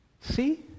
See